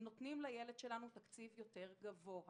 נותנים לילד שלנו תקציב גבוה יותר.